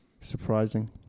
Surprising